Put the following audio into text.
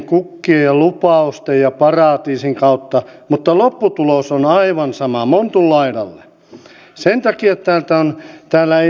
vaarana on että rahat eivät enää suuntaudu parhaisiin hankkeisiin jos myönnetään hankkeen laadun sijaan sen sijainnin perusteella näitä avustuksia